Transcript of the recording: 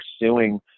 pursuing